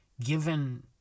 given